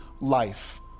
life